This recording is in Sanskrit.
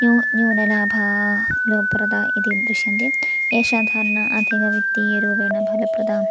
न्यू न्यूनलाभाः प्रदा इति दृश्यन्ते एषा धारणा अधिकवित्तीयरूपेण भलप्रदा